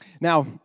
Now